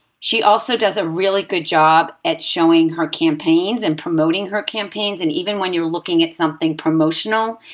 she also does a really good job at showing her campaigns, and promoting her campaigns. and even when you're looking at something promotional,